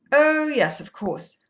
oh, yes, of course.